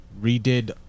redid